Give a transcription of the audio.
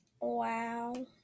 Wow